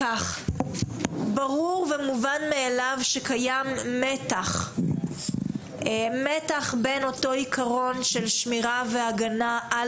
ברור ומובן מאליו שקיים מתח בין העיקרון של שמירה והגנה על